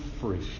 free